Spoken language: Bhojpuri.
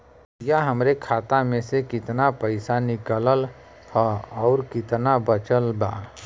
भईया हमरे खाता मे से कितना पइसा निकालल ह अउर कितना बचल बा?